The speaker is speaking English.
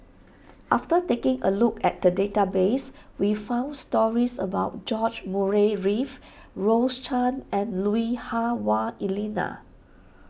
after taking a look at the database we found stories about George Murray Reith Rose Chan and Lui Hah Wah Elena